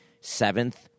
seventh